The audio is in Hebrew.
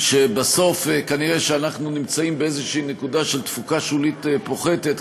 שבסוף כנראה אנחנו נמצאים באיזו נקודה של תפוקה שולית פוחתת,